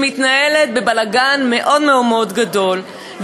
שמתנהלת בבלגן מאוד מאוד גדול,